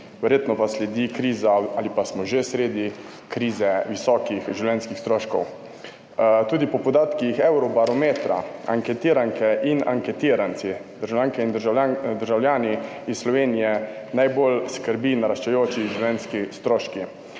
verjetno pa sledi kriza ali pa smo že sredi krize visokih življenjskih stroškov. Tudi po podatkih Eurobarometra anketiranke in anketirance, državljanke in državljane Slovenije, najbolj skrbijo naraščajoči življenjski stroški.